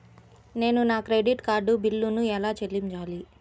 నేను నా credit card బిల్లును ఎలా చెల్లించాలీ?